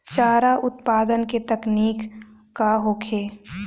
चारा उत्पादन के तकनीक का होखे?